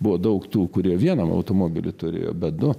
buvo daug tų kurie vieną automobilį turi bet du